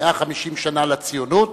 150 שנה לציונות